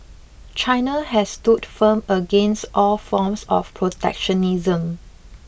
China has stood firm against all forms of protectionism